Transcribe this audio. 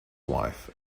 wife